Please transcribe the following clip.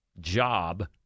job